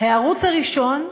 הערוץ הראשון,